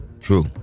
True